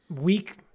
weak